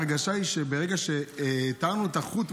ההרגשה היא שברגע שהתרנו את החוט,